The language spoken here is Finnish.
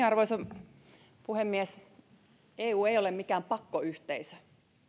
arvoisa puhemies eu ei ole mikään pakkoyhteisö